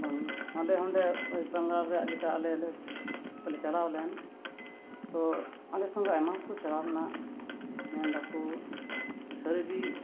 ᱵᱟᱝ ᱟᱞᱮ ᱚᱸᱰᱮ ᱳᱭᱮᱥᱴ ᱵᱟᱝᱜᱟᱞ ᱨᱮᱭᱟᱜ ᱡᱮᱴᱟ ᱟᱞᱮ ᱠᱚᱞᱮ ᱪᱟᱞᱟᱣ ᱞᱮᱱ ᱛᱚ ᱟᱞᱮ ᱥᱚᱸᱜᱮ ᱟᱭᱢᱟ ᱦᱚᱲ ᱠᱚ ᱪᱟᱞᱟᱣ ᱞᱮᱱᱟ ᱢᱮᱱᱫᱟᱠᱚ ᱡᱮ ᱥᱟᱹᱨᱤᱜᱮ